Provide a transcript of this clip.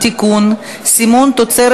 (תיקון, סימון ביצים)